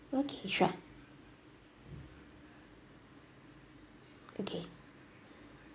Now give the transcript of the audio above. okay sure okay